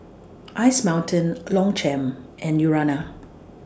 Ice Mountain Longchamp and Urana